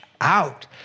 out